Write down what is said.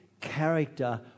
character